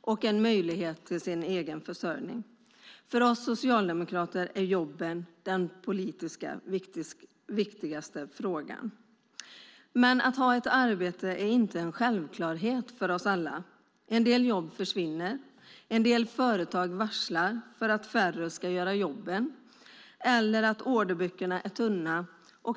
och möjlighet till egen försörjning. För oss socialdemokrater är jobben den politiskt viktigaste frågan. Men att ha ett arbete är inte en självklarhet för oss alla. En del jobb försvinner. En del företag varslar för att färre ska göra jobben eller för att orderböckerna är tunna.